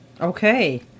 okay